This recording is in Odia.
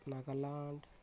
ନାଗାଲାଣ୍ଡ